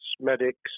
medics